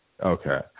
Okay